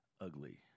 ugly